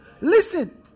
Listen